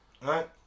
Right